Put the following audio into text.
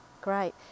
great